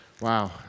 Wow